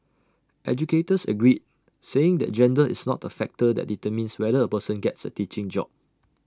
educators agreed saying that gender is not A factor that determines whether A person gets A teaching job